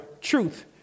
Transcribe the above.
truth